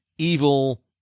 evil